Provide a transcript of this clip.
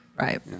Right